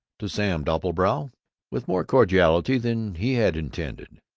to sam doppelbrau with more cordiality than he had intended.